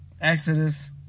Exodus